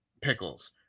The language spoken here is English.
pickles